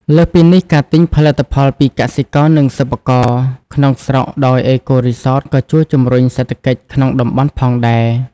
លើសពីនេះ ការទិញផលិតផលពីកសិករ និងសិប្បករក្នុងស្រុកដោយ អេកូរីសត ក៏ជួយជំរុញសេដ្ឋកិច្ចក្នុងតំបន់ផងដែរ។